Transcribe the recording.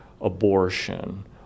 abortion